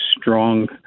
strong